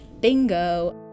bingo